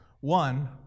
One